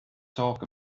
talk